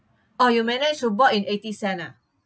oh you managed to bought in eighty-cent ah